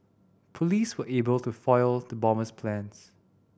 police were able to foil the bomber's plans